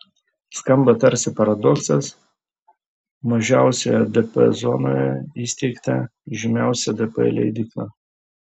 skamba tarsi paradoksas mažiausioje dp zonoje įsteigta žymiausia dp leidykla